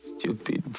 Stupid